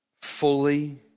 fully